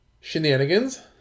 shenanigans